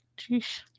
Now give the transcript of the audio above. Jeez